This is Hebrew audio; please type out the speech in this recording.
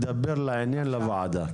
דבר לעניין לוועדה.